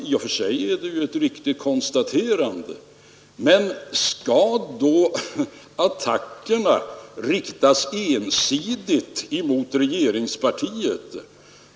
I och för sig är det ett riktigt konstaterande, men skall de attackerna riktas ensidigt mot regeringspartiet?